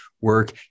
work